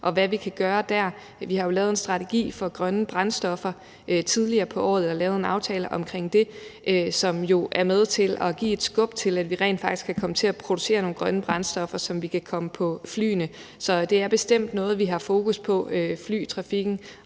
og hvad vi kan gøre der. Vi har jo lavet en strategi for grønne brændstoffer tidligere på året og lavet en aftale om det, som jo er med til at give et skub, med hensyn til at vi rent faktisk kan komme til at producere nogle grønne brændstoffer, som vi kan komme på flyene. Så flytrafikken og shipping er bestemt noget, vi har fokus på, også selv